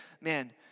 man